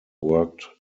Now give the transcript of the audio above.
worked